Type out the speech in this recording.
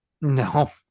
No